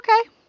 okay